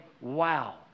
wow